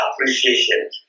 appreciation